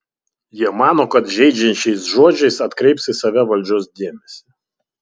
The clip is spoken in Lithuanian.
jie mano kad žeidžiančiais žodžiais atkreips į save valdžios dėmesį